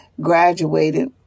graduated